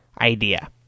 idea